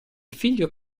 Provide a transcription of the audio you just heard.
figlio